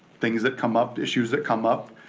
things that come up, issues that come up,